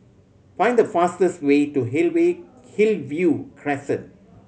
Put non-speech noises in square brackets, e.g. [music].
find the fastest way to [unintelligible] Hillview Crescent